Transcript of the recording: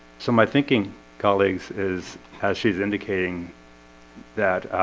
so my thinking colleagues is as she's indicating that